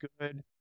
good